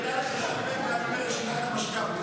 רשימת המשת"פים.